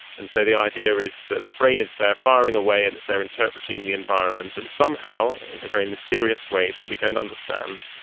and so the idea is that the brain is there firing away and it is there interpreting the environment, and somehow, in a very mysterious way that we don't understand,